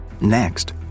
Next